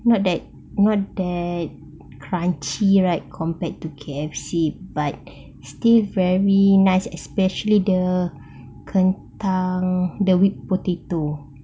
not that not that crunchy right compared to K_F_C but still very nice especially the kentang the whipped potato